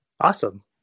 Awesome